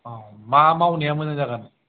अ मा मावनाया मोजां जागोन